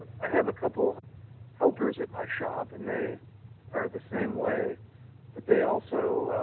i have a couple helpers at my shop and they are the same way but they also,